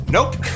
Nope